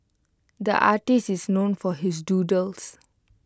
the artist is known for his doodles